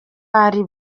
ari